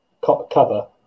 cover